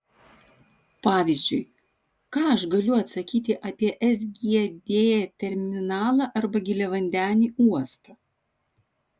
pavyzdžiui ką aš galiu atsakyti apie sgd terminalą arba giliavandenį uostą